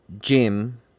Jim